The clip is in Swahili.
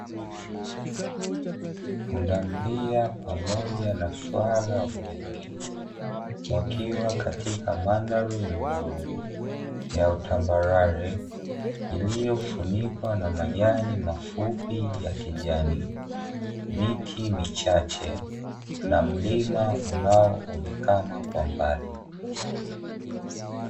Pundamilia pamoja na swala wengi, wakiwa katika mandhari nzuri ya utambarare ilifunikwa na majani mafupi ya kijani. Miti michache na mlima unaoonekana kwa mbali.